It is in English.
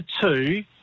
two